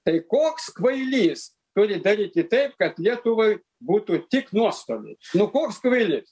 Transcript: tai koks kvailys turi daryti taip kad lietuvai būtų tik nuostoliai nu koks kvailys